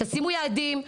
תשימו יעדים,